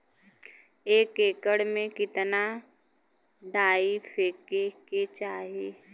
एक एकड़ में कितना डाई फेके के चाही?